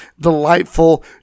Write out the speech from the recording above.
delightful